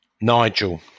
Nigel